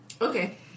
Okay